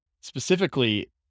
Specifically